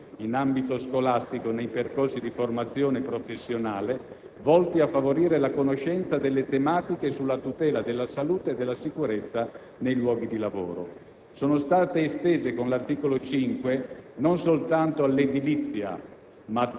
sono stati avviati, già dall'anno 2007‑2008, progetti sperimentali, in ambito scolastico e nei percorsi di formazione professionale, volti a favorire la conoscenza delle tematiche sulla tutela della salute e sicurezza nei luoghi di lavoro.